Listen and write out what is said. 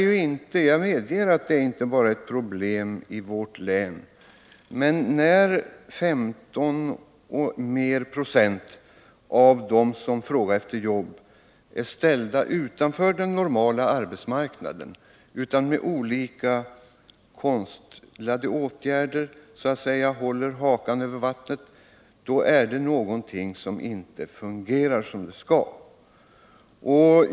Jag medger att detta inte är ett problem enbart i vårt län, men när 15 96 av dem som frågar efter jobb är ställda utanför den normala arbetsmarknaden och nu med hjälp av olika konstlade åtgärder så att säga håller hakan över vattnet, då är det någonting som inte fungerar som det skall.